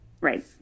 Right